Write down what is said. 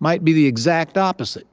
might be the exact opposite.